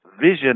vision